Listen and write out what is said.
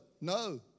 no